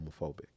homophobic